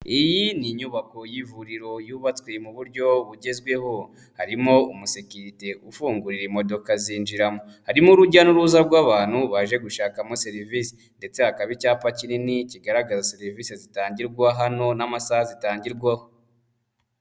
Iyi ni inyubako y'ivuriro yubatswe mu buryo bugezweho, harimo umusekirite ufungurira imodoka zinjiramo, harimo urujya n'uruza rw'abantu baje gushakamo serivisi ndetse hakaba icyapa kinini kigaragaza serivisi zitangirwa hano n'amasaha zitangirwaho.